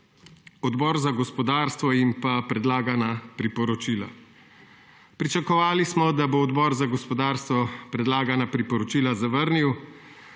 Odbor za gospodarstvo in predlagana priporočila. Pričakovali smo, da bo Odbor za gospodarstvo predlagana priporočila zavrnil,